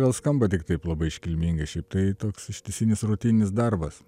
gal skamba tik taip labai iškilmingai šiaip tai toks ištisinis rutininis darbas